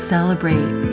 Celebrate